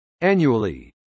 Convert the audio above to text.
annually